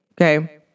Okay